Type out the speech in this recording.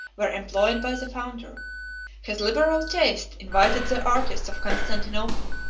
were employed by the founder his liberal taste invited the artists of constantinople,